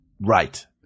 Right